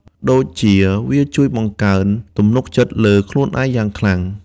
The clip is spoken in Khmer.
ដូចជា វាជួយបង្កើនទំនុកចិត្តលើខ្លួនឯងយ៉ាងខ្លាំង។